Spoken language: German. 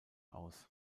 aus